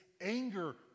anger